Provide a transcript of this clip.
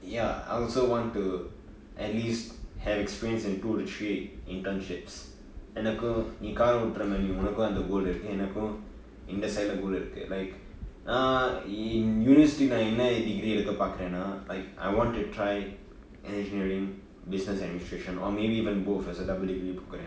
ya I also want to at least have experience in two to three internships எனக்கு நீ:enakku nee car ஓட்டுர மாதிரி அந்த:otra maathiri antha goal இருக்கு எனக்கும் இந்த சில:irukku enakkum intha sila goal இருக்கு:irukku like நா என்:naa yen university என்ன:enna degree எடுக்க பாக்குறேனா:edukka paakrenaa like I want to try engineering business administration or maybe even both as a double degree programme